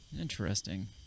Interesting